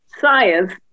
science